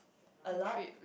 a lot